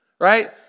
Right